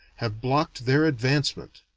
have blocked their advancement.